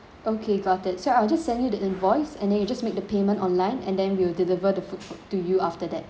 okay got it so I'll just send you the invoice and then you just make the payment online and then we'll deliver the food food to you after that